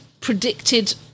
predicted